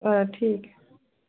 हां ठीक ऐ